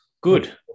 Good